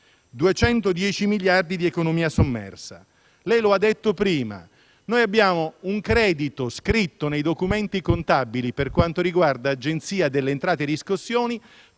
210 miliardi di economia sommersa. Lo ha detto prima: abbiamo un credito scritto nei documenti contabili, per quanto riguarda l'Agenzia delle entrate-Riscossione,